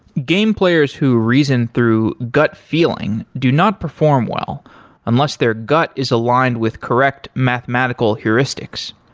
game players who reason through gut feeling do not perform well unless their gut is aligned with correct mathematical heuristics.